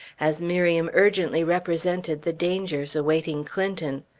as miriam urgently represented the dangers awaiting clinton.